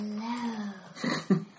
hello